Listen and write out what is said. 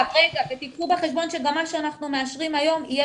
ותיקחו בחשבון שגם מה שאנחנו מאשרים היום יהיה